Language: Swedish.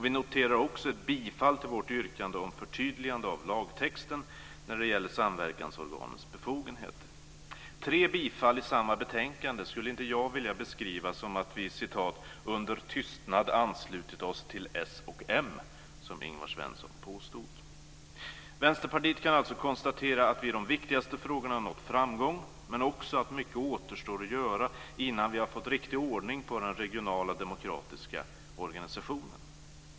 Vi noterar också ett bifall till vårt yrkande om förtydligande av lagtexten om samverkansorganens befogenheter. Tre bifallsyrkanden i samma betänkande skulle inte jag vilja beskriva som att vi "under tystnad anslutit oss till s och m", som Ingvar Svensson påstod. Vänsterpartiet kan alltså konstatera att vi i de viktigaste frågorna nått framgång men också att mycket återstår att göra innan vi har fått riktig ordning på den regionala demokratiska organisationen.